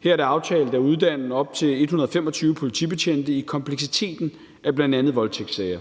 Her er det aftalt at uddanne op til 125 politibetjente i kompleksiteten af bl.a. voldtægtssager.